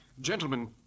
Gentlemen